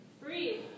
Breathe